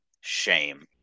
shame